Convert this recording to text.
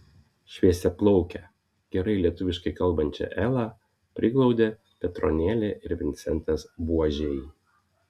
šviesiaplaukę gerai lietuviškai kalbančią elą priglaudė petronėlė ir vincentas buožiai